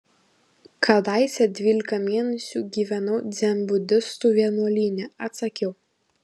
kadaise dvylika mėnesių gyvenau dzenbudistų vienuolyne atsakiau